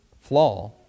flaw